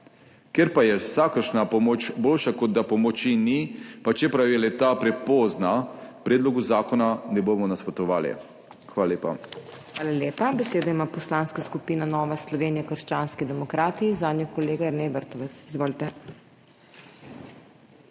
Ker pa je vsakršna pomoč boljša, kot da pomoči ni, pa čeprav je le ta prepozna, predlogu zakona ne bomo nasprotovali. Hvala lepa. PODPREDSEDNICA MAG. MEIRA HOT: Hvala lepa. Besedo ima Poslanska skupina Nova Slovenija – krščanski demokrati, zanjo kolega Jernej Vrtovec. Izvolite.